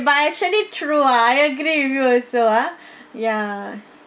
but actually true ah I agree with you also ah ya